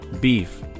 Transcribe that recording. Beef